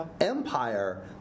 Empire